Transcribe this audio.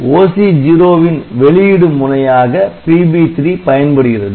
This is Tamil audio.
OC0 ன் வெளியிடு முனையாக PB3 பயன்படுகிறது